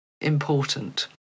important